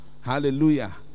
Hallelujah